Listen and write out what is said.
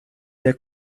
der